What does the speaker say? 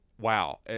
wow